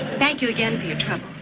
thank you, again, for your trouble.